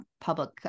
public